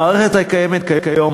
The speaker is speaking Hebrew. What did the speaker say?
המערכת הקיימת כיום,